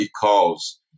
Calls